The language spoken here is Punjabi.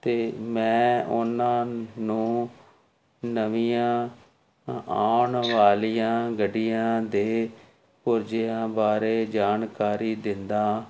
ਤਾਂ ਮੈਂ ਉਹਨਾਂ ਨੂੰ ਨਵੀਆਂ ਆਉਣ ਵਾਲੀਆਂ ਗੱਡੀਆਂ ਦੇ ਪੁਰਜਿਆਂ ਬਾਰੇ ਜਾਣਕਾਰੀ ਦਿੰਦਾ